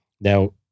Now